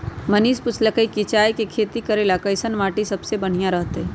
मनीष पूछलकई कि चाय के खेती करे ला कईसन माटी सबसे बनिहा रहतई